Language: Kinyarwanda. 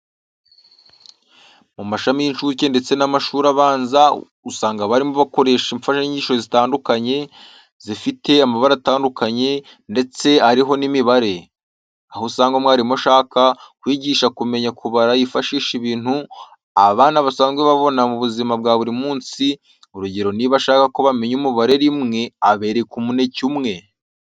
Mu mashuri y'incuke ndetse n'amashuri abanza, usanga abarimu bakoresha imfashanyigisho zitandukanye, zifite amabara atandukanye, ndetse ariho n'imibare. Aho usanga umwarimu ushaka kwigisha kumenya kubara yifashisha ibintu abana basanzwe babona mu buzima bwa buri munsi, urugero niba ashaka ko bamenya umubare rimwe abereka umuneke umwe.